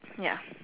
ya